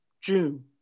June